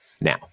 Now